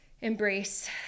embrace